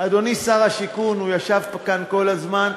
אדוני שר הבינוי, שישב כאן כל הזמן: